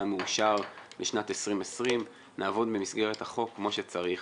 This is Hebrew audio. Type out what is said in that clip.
מאושר לשנת 2020. נעבוד במסגרת החוק כמו שצריך,